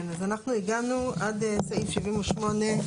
אנחנו הגענו עד סעיף 78,